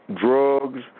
drugs